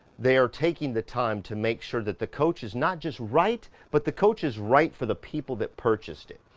they are taking the time to make sure that the coach is not just right, but the coaches right for the people that purchased it.